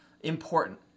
important